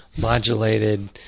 modulated